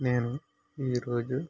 నేను ఈరోజు